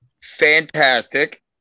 Fantastic